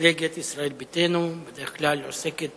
ממפלגת ישראל ביתנו, שבדרך כלל עוסקת